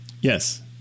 yes